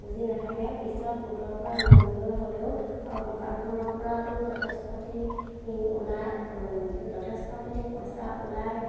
পুঁজি নাথাকে পিছত গোটৰ পৰা লোন লৈ হ'লেও আৰু দোকানখনৰ পৰাতো যথেষ্টখিনি ওলায় যথেষ্টখিনি পইচা ওলায়